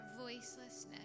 voicelessness